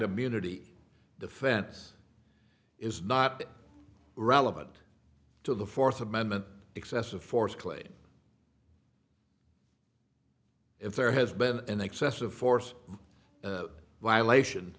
immunity defense is not relevant to the fourth amendment excessive force claim if there has been an excessive force violation